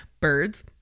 birds